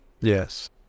Yes